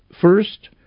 first